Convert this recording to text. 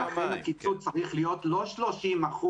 ולכן הקיצוץ צריך להיות לא "30%",